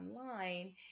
online